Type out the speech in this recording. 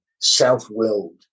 self-willed